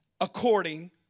According